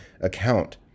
account